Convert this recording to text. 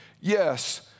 yes